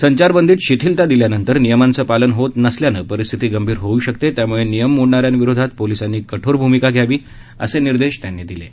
संचारबंदित शिथीलता दिल्यानंतर नियमांचं पालन होत नसल्यानं परिस्थिती गंभीर होऊ शकते त्यामुळे नियम मोडणाऱ्यांविरोधात पोलीसांनी कठोर भूमिका घ्यावी असं निर्देश त्यांनी दिले आहेत